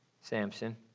Samson